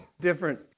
different